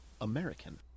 American